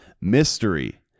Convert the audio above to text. Mystery